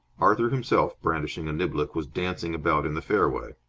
arthur himself, brandishing a niblick, was dancing about in the fairway.